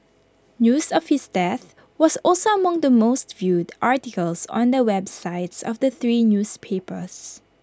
news of his death was also among the most viewed articles on the websites of the three newspapers